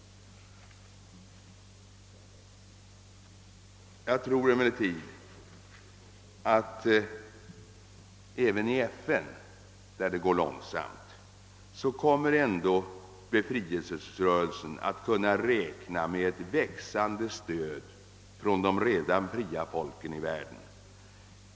Jag tror emellertid att befrielserörelsen även i FN, där det går långsamt, kommer att kunna räkna med ett växande stöd från de redan fria folken i världen.